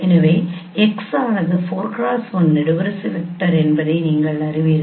எனவே X ஆனது 4x1 நெடுவரிசை வெக்டர் என்பதை நீங்கள் அறிவீர்கள்